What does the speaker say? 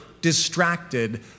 distracted